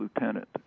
lieutenant